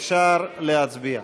אפשר להצביע.